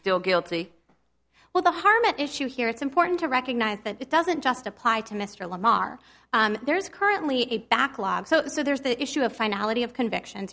still guilty well the harm at issue here it's important to recognize that it doesn't just apply to mr lamar there's currently a backlog so there's the issue of finality of conviction